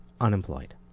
unemployed